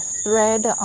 thread